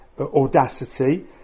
audacity